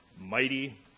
mighty